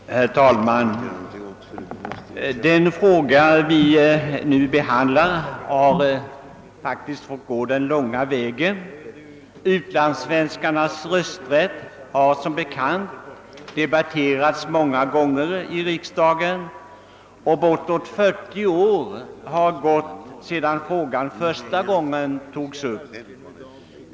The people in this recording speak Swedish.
Herr talman! Den fråga vi nu behandlar har faktiskt fått gå den långa vägen. Som bekant har ju frågan om utlandssvenskarnas rösträtt debatterats många gånger i riksdagen, och bortåt fyrtio år har gått sedan den första gången togs upp.